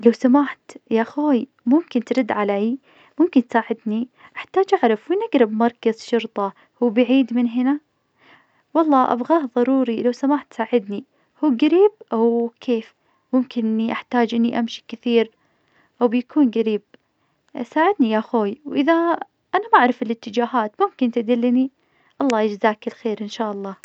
لو سمحت, ياخوي ممكن ترد علي؟ ممكن تساعدني؟ أحتاج أعرف وين اقرب مركز شرطة؟ هو بعيد من هنا؟ والله أبغاه ضروري, لو سمحت ساعدني, هو قريب أو كيف؟ ممكن أحتاج إني أمشي كثير؟ أو بيكون قريب؟ ساعدني ياخوي وإذا أنا بعرف الاتجاهات ممكن تدلني؟ الله يجزاك الخير إن شالله.